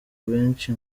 benshi